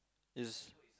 is